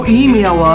email